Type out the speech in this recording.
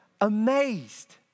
amazed